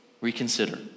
Reconsider